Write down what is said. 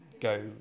go